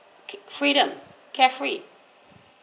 freedom carefree